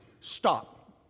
stop